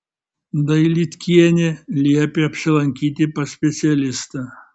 dailydkienė liepė apsilankyti pas specialistą